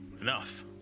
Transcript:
Enough